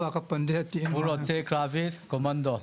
הוא רוצה שירות קרבי, להיות בקומנדו.